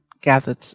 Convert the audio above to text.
gathered